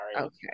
okay